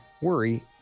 Worry